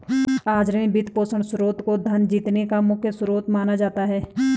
आज ऋण, वित्तपोषण स्रोत को धन जीतने का मुख्य स्रोत माना जाता है